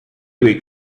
week